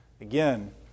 Again